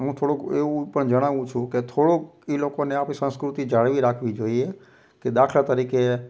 હું થોડુંક એવું પણ જણાવું છું કે થોડોક એ લોકોને આપણી સંસ્કૃતિ જાળવી રાખવી જોઈએ કે દાખલા તરીકે